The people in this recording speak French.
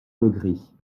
legris